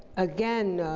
again,